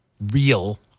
real